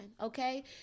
okay